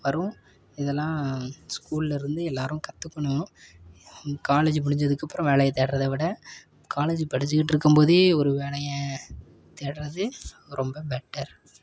வரும் இது எல்லாம் ஸ்கூலேருந்து எல்லோரும் கற்றுக்கணும் காலேஜு முடிஞ்சதுக்கு அப்புறம் வேலையை தேடுறத விட காலேஜ் படிச்சிக்கிட்டு இருக்கும் போதே ஒரு வேலையை தேடுகிறது ரொம்ப பெட்டர்